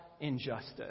injustice